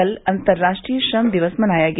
कल अंतर्राष्ट्रीय श्रम दिवस मनाया गया